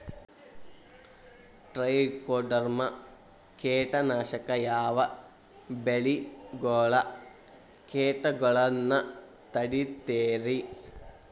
Trichoderma ಕೇಟನಾಶಕ ಯಾವ ಬೆಳಿಗೊಳ ಕೇಟಗೊಳ್ನ ತಡಿತೇತಿರಿ?